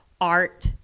art